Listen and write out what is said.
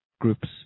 groups